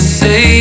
say